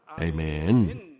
Amen